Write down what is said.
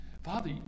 Father